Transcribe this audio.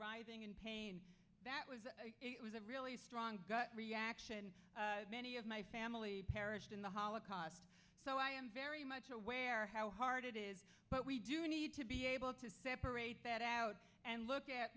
writhing in pain that was it was a really strong reaction many of my family perished in the holocaust so i am very much aware how hard it is but we do need to be able to separate that out and look